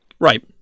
Right